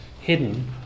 hidden